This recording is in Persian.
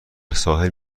ساحل